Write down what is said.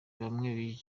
bamwe